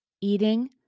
eating